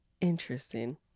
Interesting